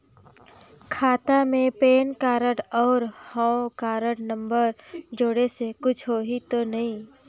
खाता मे PAN card और हव कारड नंबर जोड़े से कुछ होही तो नइ?